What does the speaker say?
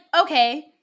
okay-